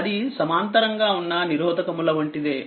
అది సమాంతరంగా ఉన్న నిరోధకముల వంటిదే